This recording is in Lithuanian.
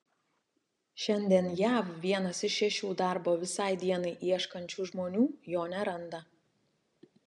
šiandien jav vienas iš šešių darbo visai dienai ieškančių žmonių jo neranda